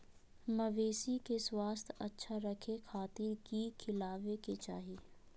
मवेसी के स्वास्थ्य अच्छा रखे खातिर की खिलावे के चाही?